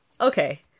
Okay